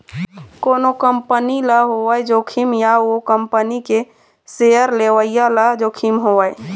कोनो कंपनी ल होवय जोखिम या ओ कंपनी के सेयर लेवइया ल जोखिम होवय